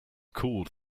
called